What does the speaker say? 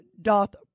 doth